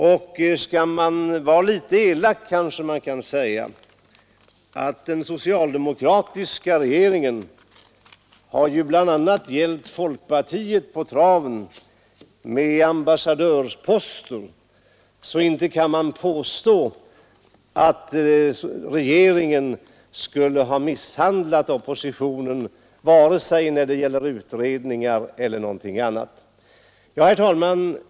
Om man vore litetelak kunde man kanske säga att den socialdemokratiska regeringen bl.a. hjälpt folkpartiet på traven med ambassadörsposter, varför man inte kan påstå att regeringen misshandlat oppositionen vare sig när det gäller utredningar eller i något annat avseende. Herr talman!